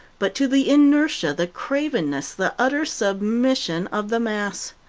but to the inertia, the cravenness, the utter submission of the mass.